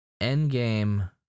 Endgame